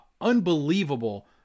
unbelievable